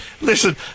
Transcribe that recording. Listen